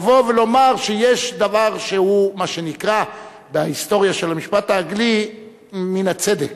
לבוא ולומר שיש דבר שהוא מה שנקרא בהיסטוריה של המשפט האנגלי "מן הצדק",